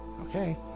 Okay